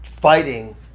fighting